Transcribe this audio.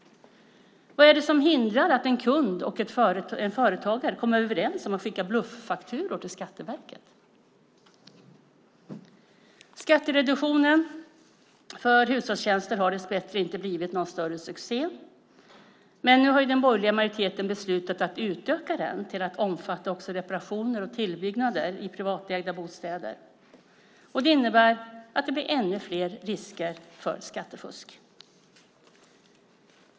Vad är det som hindrar att en kund och en företagare kommer överens om att skicka bluffakturor till Skatteverket? Skattereduktionen för hushållstjänster har dessbättre inte blivit någon större succé, men nu har den borgerliga majoriteten beslutat att utöka den till att omfatta också reparationer och tillbyggnader i privatägda bostäder. Det innebär att det blir ännu fler risker för skattefusk.